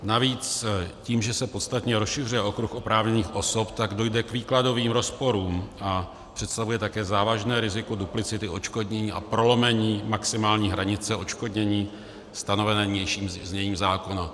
Navíc tím, že se podstatně rozšiřuje okruh oprávněných osob, dojde k výkladovým rozporům a představuje také závažné riziko duplicity odškodnění a prolomení maximální hranice odškodnění stanovené nynějším zněním zákona.